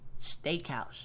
Steakhouse